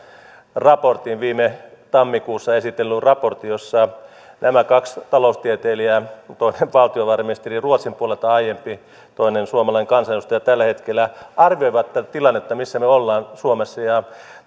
viime tammikuussa esitellyn raportin jossa nämä kaksi taloustieteilijää toinen aiempi valtiovarainministeri ruotsin puolelta toinen suomalainen kansanedustaja tällä hetkellä arvioivat tätä tilannetta missä me olemme suomessa ja